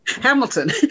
Hamilton